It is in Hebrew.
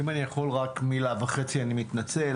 אם אני יכול רק מילה וחצי, אני מתנצל.